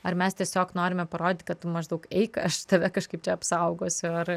ar mes tiesiog norime parodyti kad tu maždaug eik aš tave kažkaip čia apsaugosiu ar